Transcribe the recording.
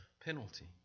penalty